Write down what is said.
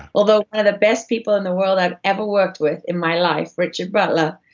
although, one of the best people in the world i've ever worked with in my life, richard butler,